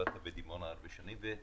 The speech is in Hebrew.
עבדת בדימונה הרבה שנים,